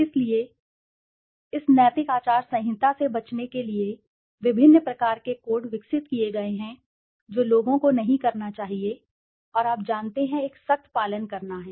इसलिए इस नैतिक आचार संहिता से बचने के लिए विभिन्न प्रकार के कोड विकसित किए गए हैं जो लोगों को नहीं करना चाहिए और आप जानते हैं एक सख्त पालन करना है